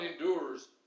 endures